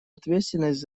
ответственность